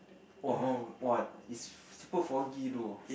!wah! !wah! is super foggy though